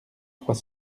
trois